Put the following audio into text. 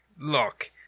look